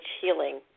healing